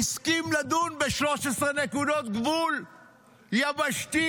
שהסכים לדון ב-13 נקודות גבול יבשתי,